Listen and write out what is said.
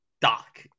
Doc